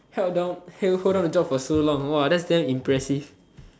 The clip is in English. held down held hold down a job for so long !wah! that's damn impressive